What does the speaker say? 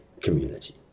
community